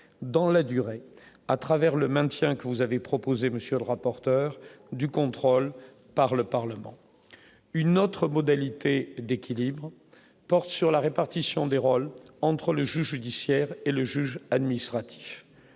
dans la durée, à travers le maintien que vous avez proposé, monsieur le rapporteur du contrôle par le Parlement une autre modalité d'équilibres porte sur la répartition des rôles entre le judiciaire et le juge administratif,